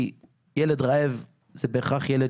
כי ילד רעב זה בהכרח ילד